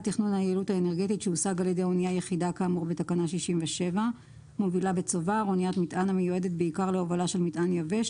תכנון היעילות האנרגטית שהושג על ידי אונייה יחידה כאמור בתקנה 67. "מובילה בצובר" אניית מטען המיועדת בעיקר להובלה של מטען יבש,